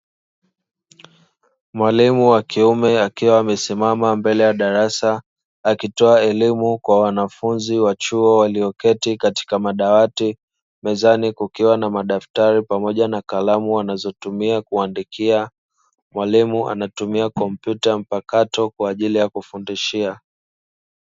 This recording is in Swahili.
Mwalimu wa kiume akiwa amesimama mbele ya darasa akitoa elimu kwa wanafunzi wa chuo walioketi katika madawati, mezani kukiwa na madaftari pamoja na kalamu wanazotumia kuandikia, mwalimu anatumia kompyuta mpakato kwaajili ya kufundishia.